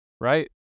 right